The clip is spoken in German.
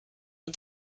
und